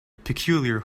peculiar